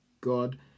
God